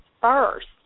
first